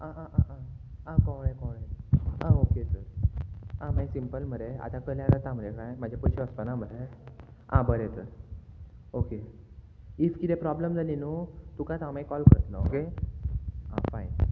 आं आं आं आं कोवळ्ळें कोवळ्ळें आं ओके सर आं मागीर सिंपल मरे आतां कल्यार जाता मरे कांय म्हाजे कशी वचपाना मरे आं बरें तर ओके इफ कितें प्रोब्लम जाली न्हू तुकात हांव मागीर कॉल करतलो ओके आं फायन